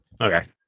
Okay